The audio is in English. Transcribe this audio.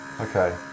Okay